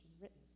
written